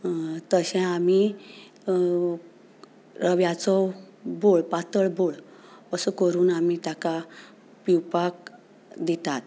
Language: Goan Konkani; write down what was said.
तशें आमी रव्याचो बोड पातळ बोड असो करून आमी ताका पिवपाक दितात